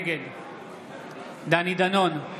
נגד דני דנון,